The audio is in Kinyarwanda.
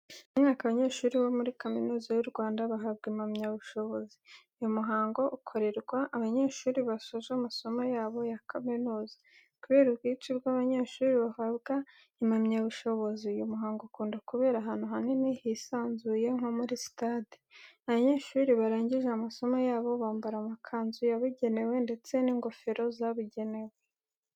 Buri mwaka abanyeshuri bo muri kaminuza y'u Rwanda bahabwa impamyabushobozi. Uyu muhango ukorerwa abanyeshuri basoje amasomo yabo ya kaminuza. Kubera ubwinshi bw'abanyeshuri bahabwa impamyabushobozi, uyu muhango ukunda kubera ahantu hanini hisanzuye nko muri sitade. Abanyeshuri barangije amasomo yabo bambara amakanzu yabugenewe ndetse n'ingofero zabugenewe.